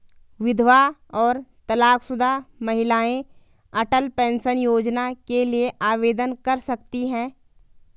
विधवा और तलाकशुदा महिलाएं अटल पेंशन योजना के लिए आवेदन कर सकती हैं